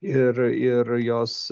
ir ir jos